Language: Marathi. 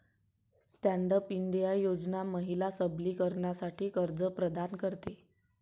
स्टँड अप इंडिया योजना महिला सबलीकरणासाठी कर्ज प्रदान करते